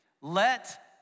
Let